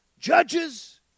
judges